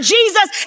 Jesus